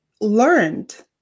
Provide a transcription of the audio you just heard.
learned